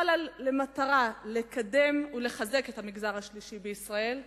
לה למטרה לקדם את המגזר השלישי בישראל ולחזקו,